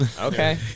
okay